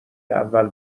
اول